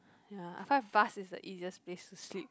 ya I find bus is the easiest place to sleep